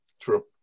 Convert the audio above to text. true